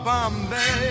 Bombay